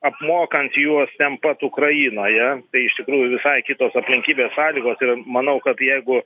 apmokant juos ten pat ukrainoje tai iš tikrųjų visai kitos aplinkybės sąlygos ir manau kad jeigu